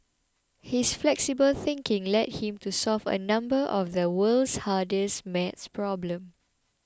his flexible thinking led him to solve a number of the world's hardest math problems